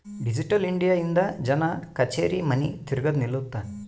digital India ಇಂದ ಜನ ಕಛೇರಿ ಮನಿ ತಿರ್ಗದು ನಿಲ್ಲುತ್ತ